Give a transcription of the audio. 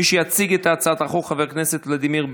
מי שיציג את הצעת החוק, חבר הכנסת ולדימיר בליאק,